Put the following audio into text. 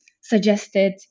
suggested